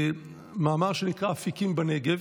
במאמר שנקרא "אפיקים בנגב",